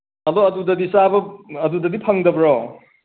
ꯑꯗꯣ ꯑꯗꯨꯗꯗꯤ ꯆꯥꯕ ꯑꯗꯨꯗꯗꯤ ꯐꯪꯗꯕ꯭ꯔꯣ